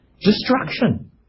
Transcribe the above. destruction